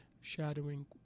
shadowing